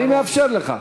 אני מאפשר לך.